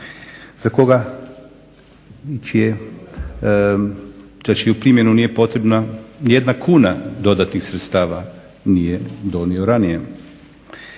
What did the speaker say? za koga i čije primjenu nije potrebna ni jedna kuna dodatnih sredstava nije donio ranije.